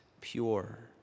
pure